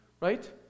Right